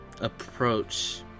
approach